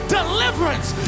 deliverance